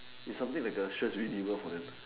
is something like a sure win evil for them